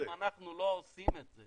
ואם אנחנו לא עושים את זה